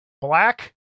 black